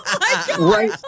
right